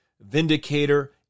vindicator